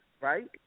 right